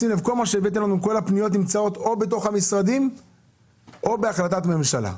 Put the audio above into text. כל הפניות שהבאתם לנו נמצאות או בתוך המשרדים או בהחלטת ממשלה.